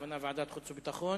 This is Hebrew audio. והכוונה היא לוועדת החוץ והביטחון,